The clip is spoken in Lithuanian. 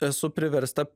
esu priversta